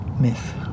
myth